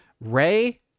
Ray